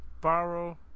Borrow